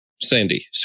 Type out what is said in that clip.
Sandy